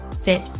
fit